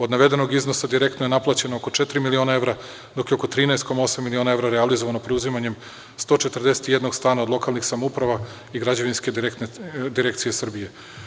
Od navedenog iznosa direktno je naplaćeno oko četiri miliona evra, dok je oko 13,8 miliona evra realizovano preuzimanjem 141 stana od lokalnih samouprava i Građevinske direkcije Srbije.